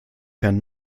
herrn